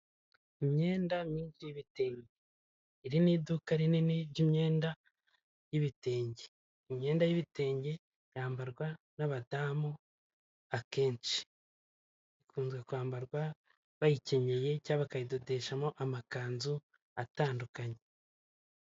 Ikigo gikora ibijyanye no kwakira abantu kikabaha amafunguro, ndetse n'amacumbi. Ku ruhande rw'iburyo hari aho kogera. Nanone ku ruhande rwaho hari ubusitani buri mo intebe zo kwicaramo mu gihe cyo kuganira.